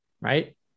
Right